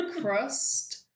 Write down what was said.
crust